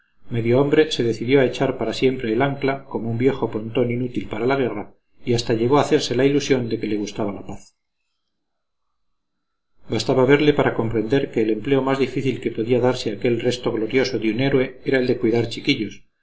nieto medio hombre se decidió a echar para siempre el ancla como un viejo pontón inútil para la guerra y hasta llegó a hacerse la ilusión de que le gustaba la paz bastaba verle para comprender que el empleo más difícil que podía darse a aquel resto glorioso de un héroe era el de cuidar chiquillos